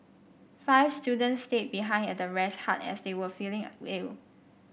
five students stayed behind at the rest hut as they were feeling ill